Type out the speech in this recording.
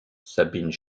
sabine